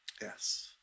Yes